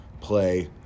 play